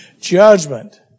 judgment